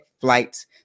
flights